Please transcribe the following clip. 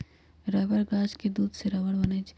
rubber गाछ के दूध से रबर बनै छै